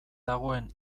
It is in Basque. dagoen